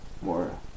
more